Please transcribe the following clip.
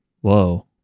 Whoa